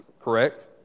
Correct